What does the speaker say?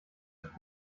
ist